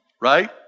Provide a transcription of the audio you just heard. right